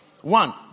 one